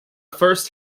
first